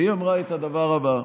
והיא אמרה את הדבר הבא: